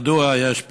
כידוע, יש פתרון,